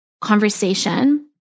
conversation